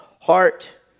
heart